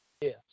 Yes